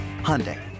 Hyundai